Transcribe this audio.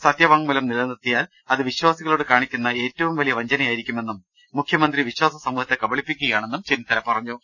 സത്യവാ ങ്മൂലം നിലനിർത്തിയാൽ അത് വിശ്വാസികളോട് കാണിക്കുന്ന ഏറ്റവും വലിയ വഞ്ചനയായിരിക്കുമെന്നും മുഖ്യമന്ത്രി വിശ്വാസ സമൂഹത്തെ കബ ളിപ്പിക്കുകയാണെന്നും ചെന്നിത്തല പറഞ്ഞു